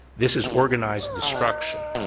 this is organized destruction.